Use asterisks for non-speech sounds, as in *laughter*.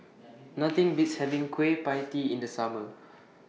Nothing Beats *noise* having Kueh PIE Tee in The Summer